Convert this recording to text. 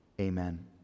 amen